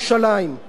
והוא אומר לי: